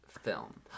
film